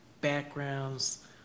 backgrounds